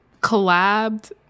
collabed